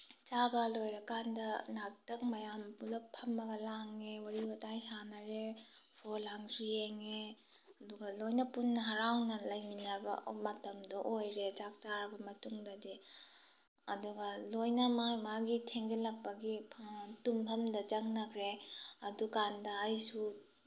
ꯆꯥꯕ ꯂꯣꯏꯔꯀꯥꯟꯗ ꯉꯥꯏꯍꯥꯛꯇꯪ ꯃꯌꯥꯝ ꯄꯨꯂꯞ ꯐꯝꯃꯒ ꯂꯥꯡꯉꯦ ꯋꯥꯔꯤ ꯋꯇꯥꯏ ꯁꯥꯟꯅꯔꯦ ꯐꯣꯟ ꯂꯥꯡꯁꯨ ꯌꯦꯡꯉꯦ ꯑꯗꯨꯒ ꯂꯣꯏꯅ ꯄꯨꯟꯅ ꯍꯔꯥꯎꯅ ꯂꯩꯃꯤꯟꯅꯕ ꯃꯇꯝꯗꯣ ꯑꯣꯏꯔꯦ ꯆꯥꯛ ꯆꯥꯔꯕ ꯃꯇꯨꯡꯗꯗꯤ ꯑꯗꯨꯒ ꯂꯣꯏꯅ ꯃꯥꯒꯤ ꯃꯥꯒꯤ ꯊꯦꯡꯖꯤꯜꯂꯛꯄꯒꯤ ꯇꯨꯝꯐꯝꯗ ꯆꯪꯅꯈ꯭ꯔꯦ ꯑꯗꯨꯀꯥꯟꯗ ꯑꯩꯁꯨ